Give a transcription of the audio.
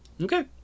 Okay